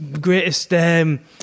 greatest